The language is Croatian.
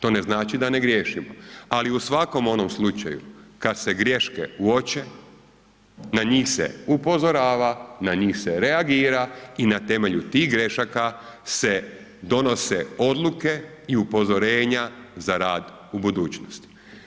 To ne znači da ne griješimo ali u svakom onom slučaju kad se greške uopće, na njih se upozorava, na njih se reagira i na temelju tih grešaka se donose odluke i upozorenja za rad u budućnosti.